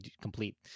complete